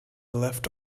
left